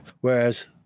Whereas